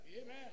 Amen